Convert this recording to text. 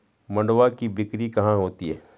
मंडुआ की बिक्री कहाँ होती है?